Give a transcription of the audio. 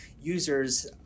users